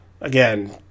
Again